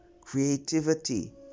creativity